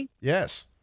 Yes